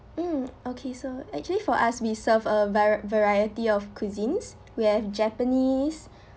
mm okay so actually for us we serve a vari~ variety of cuisines we have japanese